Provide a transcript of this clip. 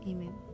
Amen